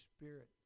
Spirit